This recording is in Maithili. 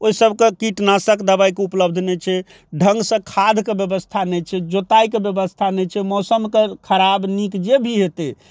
ओइसबके कीटनाशक दबाइ उपलब्ध नहि छै ढङ्गसँ खादके व्यवस्था नहि छै जोताइके व्यवस्था नहि छै मौसमके खराब नीक जे भी हेतै